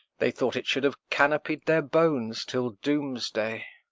they thought it should have canopied their bones till dooms-day.